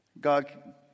God